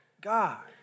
God